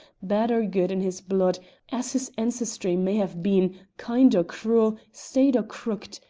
bad or good in his blood as his ancestry may have been, kind or cruel, straight or crooked,